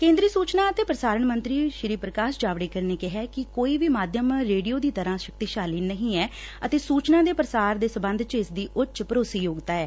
ਕੇਂਦਰੀ ਸੁਚਨਾ ਅਤੇ ਪ੍ਰਸਾਰਣ ਮੰਤਰੀ ਪੁਕਾਸ਼ ਜਾਵੜੇਕਰ ਨੇ ਕਿਹੈ ਕਿ ਕੋਈ ਵੀ ਮਾਧਿਅਮ ਰੇਡੀਓ ਦੀ ਤਰ੍ਰਾਂ ਸ਼ਕਤੀਸ਼ਾਲੀ ਨਹੀਂ ਐ ਅਤੇ ਸੁਚਨਾ ਦੇ ਪੁਸਾਰ ਦੇ ਸਬੰਧ ਚ ਇਸ ਦੀ ਉੱਚ ਭਰੋਸੇ ਯੋਗਡਾ ਐ